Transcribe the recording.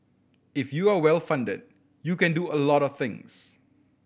if you are well funded you can do a lot of things